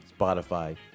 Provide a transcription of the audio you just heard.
Spotify